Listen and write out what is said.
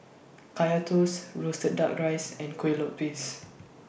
Kaya Toast Roasted Duck Rice and Kueh Lopes